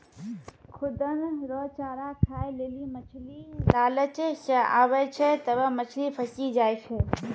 खुद्दन रो चारा खाय लेली मछली लालच से आबै छै तबै मछली फंसी जाय छै